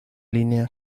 línea